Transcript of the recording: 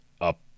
up